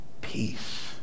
Peace